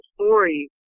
story